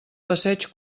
passeig